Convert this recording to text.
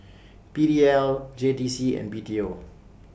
P D L J T C and B T O